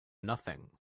nothing